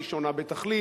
היא שונה בתכלית.